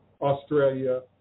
Australia